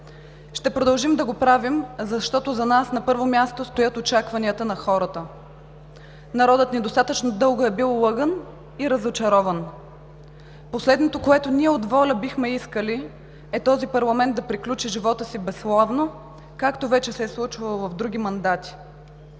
Ще продължим да го правим, защото за нас на първо място стоят очакванията на хората. Народът ни достатъчно дълго е бил лъган и разочарован. Последното, което ние от ВОЛЯ бихме искали, е този парламент да приключи живота си безславно, както вече се е случвало в други мандати.